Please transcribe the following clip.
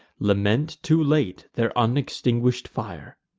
lament too late their unextinguish'd fire.